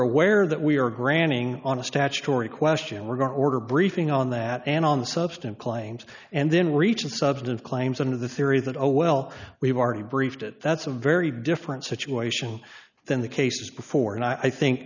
aware that we are granting on a statutory question we're going to order briefing on that and on the substance claims and then reaching substance claims under the theory that oh well we've already briefed at that's a very different situation than the case before and i think